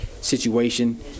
situation